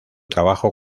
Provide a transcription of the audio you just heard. trabajo